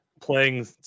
playing